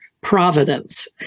Providence